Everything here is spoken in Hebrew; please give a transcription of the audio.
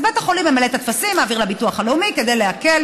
אז בית החולים ממלא את הטפסים ומעביר לביטוח הלאומי כדי להקל.